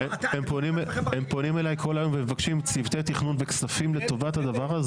הם פונים אליי כל היום ומבקשים צוותי תכנון וכספים לטובת הדבר הזה.